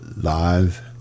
live